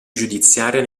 giudiziaria